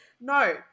no